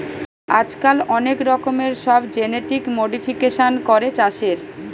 আজকাল অনেক রকমের সব জেনেটিক মোডিফিকেশান করে চাষের